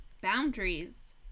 boundaries